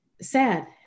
sad